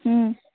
हूँ